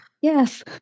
yes